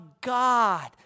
God